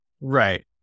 Right